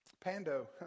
pando